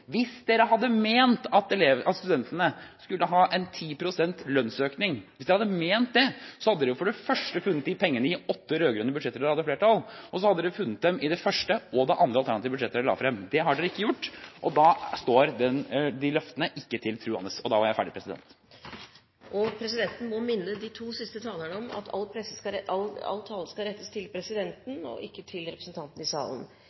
Hvis dere hadde ment at studentene skulle ha 10 pst. lønnsøkning, så hadde dere jo for det første funnet de pengene i de åtte rød-grønne budsjettene da dere hadde flertall, og så hadde dere funnet dem i det første og det andre alternative budsjettet dere la fram. Det har dere ikke gjort, og da står de løftene ikke til troende! Presidenten må minne de to siste talerne om at all tale skal rettes til presidenten og ikke til representantene i salen.